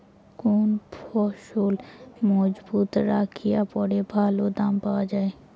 কোন ফসল মুজুত রাখিয়া পরে ভালো দাম পাওয়া যায়?